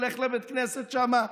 הולך לבית הכנסת שם,